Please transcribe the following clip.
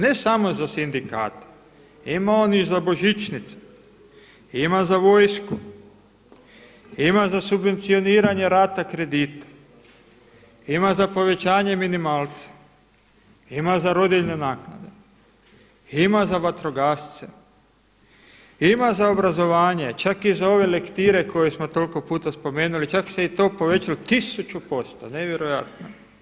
Ne samo za sindikate, ima on i za božićnice, ima za vojsku, ima za subvencioniranje rata kredita, ima za povećanje minimalca, ima za rodiljne naknade, ima za vatrogasce, ima za obrazovanje, čak i za ove lektire koje smo toliko puta spomenuli, čak se i to povećalo 1000% nevjerojatno.